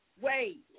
Wait